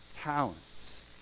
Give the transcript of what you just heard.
talents